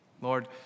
Lord